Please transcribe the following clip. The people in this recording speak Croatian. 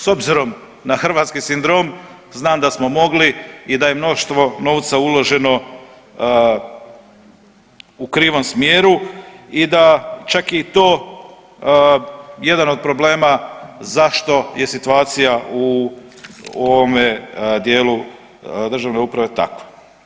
S obzirom na hrvatski sindrom znam da smo mogli i da je mnoštvo novca uloženo u krivom smjeru i da je čak i to jedan od problema zašto je situacija u ovome dijelu državne uprave takva.